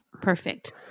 Perfect